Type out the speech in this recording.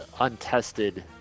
untested